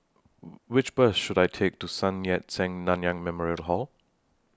Which Bus should I Take to Sun Yat Sen Nanyang Memorial Hall